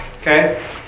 Okay